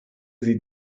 sie